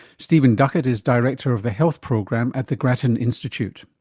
stephen duckett is director of the health program at the grattan institute.